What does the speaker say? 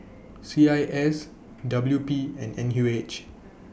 C I S W P and N U H